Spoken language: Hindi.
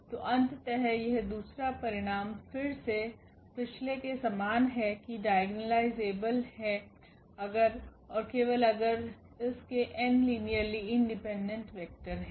तो अंततः यह दूसरा परिणाम फिर से पिछले के समान है कि डायगोनालायजेबल है अगर और केवल अगर इसके n लिनियर्ली इंडिपेंडेंट वेक्टर है